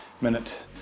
minute